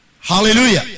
Hallelujah